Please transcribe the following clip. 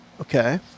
Okay